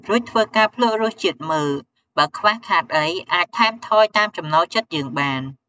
រួចធ្វើការភ្លក្សរសជាតិមើលបើខ្វះខាតអីអាចថែមថយតាមចំណូលចិត្តយើងបាន។